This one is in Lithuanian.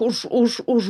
už už už